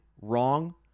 wrong